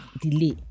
delay